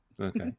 okay